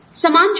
समान स्रोत